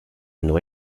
neu